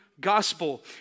gospel